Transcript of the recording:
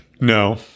No